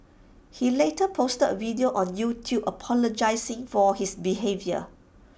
he later posted A video on YouTube apologising for his behaviour